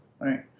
right